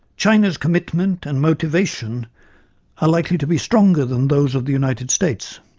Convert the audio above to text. china's commitment and motivation are likely to be stronger than those of the united states.